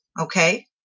okay